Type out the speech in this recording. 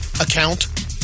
account